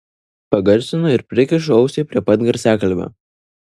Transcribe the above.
pagarsinu ir prikišu ausį prie pat garsiakalbio